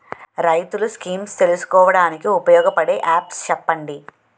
రైతులు స్కీమ్స్ తెలుసుకోవడానికి ఉపయోగపడే యాప్స్ చెప్పండి?